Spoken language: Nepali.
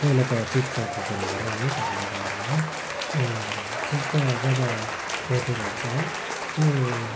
पहिला त चित्रको कुरा गरौँ है तपाईँले गर्नुभयो चित्र जब कोर्दै जान्छ है त्यो